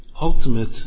ultimate